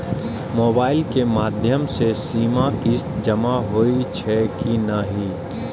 Mobile के माध्यम से सीमा किस्त जमा होई छै कि नहिं?